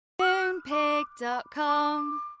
Moonpig.com